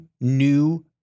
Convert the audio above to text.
new